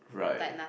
right